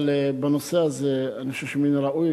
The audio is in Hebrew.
אבל בנושא הזה אני חושב שמן הראוי,